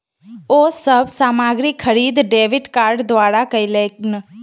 ओ सब सामग्री खरीद डेबिट कार्ड द्वारा कयलैन